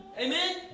Amen